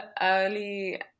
early